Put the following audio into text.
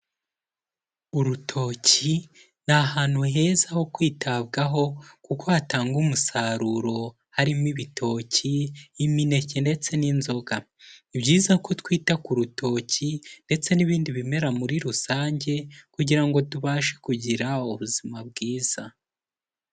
Urutoki ni ahantu heza ho kwitabwaho kuko hatanga umusaruro harimo ibitoki, imineke ndetse n'inzoga, ni byiza ko twita ku rutoki ndetse n'ibindi bimera muri rusange kugira ngo tubashe kugira ubuzima bwiza.